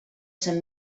sant